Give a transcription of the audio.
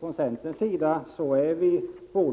Från centerns sida är vi